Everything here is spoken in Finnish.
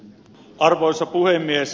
arvoisa puhemies